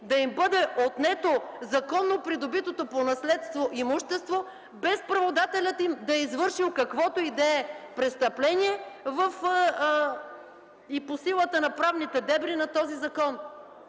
да им бъде отнето законно придобитото по наследство имущество без праводателят им да е извършил каквото и да е престъпление и по силата на правните дебри на този закон.